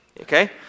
Okay